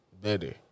better